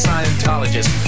Scientologist